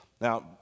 Now